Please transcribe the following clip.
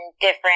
different